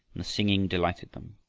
and the singing delighted them.